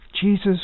Jesus